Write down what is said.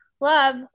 love